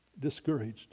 Discouraged